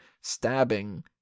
stabbing